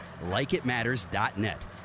LikeItMatters.net